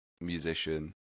musician